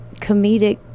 comedic